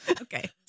Okay